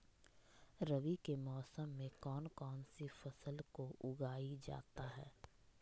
रवि के मौसम में कौन कौन सी फसल को उगाई जाता है?